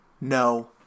No